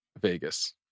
Vegas